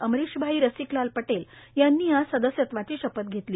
अमरिशभाई रसिकलाल पटेल यांनी आज सदस्यत्वाची शपथ घेतली